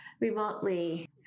remotely